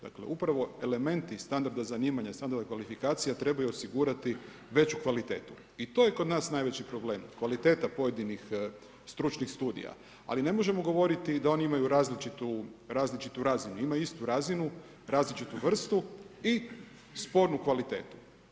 Dakle, upravo elementi standarda zanimanja standarda kvalifikacija trebaju osigurati veću kvalitetu i to je kod nas najveći problem, kvaliteta pojedinih stručnih studija ali ne možemo govoriti da oni imaju različitu razinu, imaju istu razinu, različitu vrstu i spornu kvalitetu.